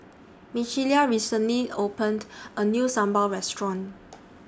Michaela recently opened A New Sambal Restaurant